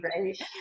right